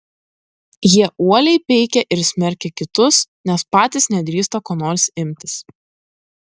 jie uoliai peikia ir smerkia kitus nes patys nedrįsta ko nors imtis